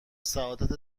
سعادت